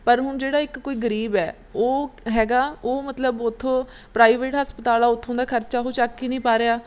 ਪਰ ਹੁਣ ਜਿਹੜਾ ਇੱਕ ਕੋਈ ਗਰੀਬ ਹੈ ਉਹ ਹੈਗਾ ਉਹ ਮਤਲਬ ਉੱਥੋਂ ਪ੍ਰਾਈਵੇਟ ਹਸਪਤਾਲ ਉੱਥੋਂ ਦਾ ਖਰਚਾ ਉਹ ਚੱਕ ਹੀ ਨਹੀਂ ਪਾ ਰਿਹਾ